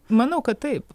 manau kad taip